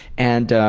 and